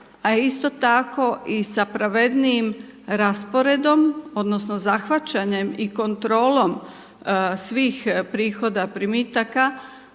a isto tako sa pravednijim rasporedom odnosno zahvaćanjem i kontrolom svih prihoda i primitaka